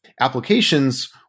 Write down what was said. applications